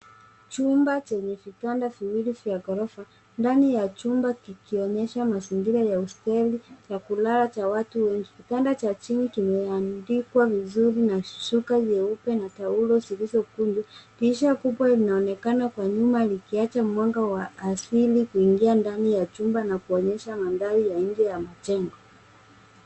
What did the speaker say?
Chumba chenye vitanda viwili vya ghorofa ndani ya chumba kikionyesha mazingira ya hosteli pa kulala cha watu wengi. Kitanda cha chini kime tandikwa vizuri na shuka nyeupe na taulo zilzokunjwa. Drisha kubwa inaonekana kwa nyumba likiacha mwanga wa asili kuingia ndani ya chumba na kuonyesha mandhari ya nje ya majengo.